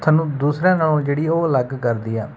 ਸਾਨੂੰ ਦੂਸਰਿਆਂ ਨਾਲੋਂ ਜਿਹੜੀ ਉਹ ਅਲੱਗ ਕਰਦੀ ਆ